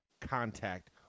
contact